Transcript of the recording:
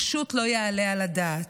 פשוט לא יעלה על הדעת.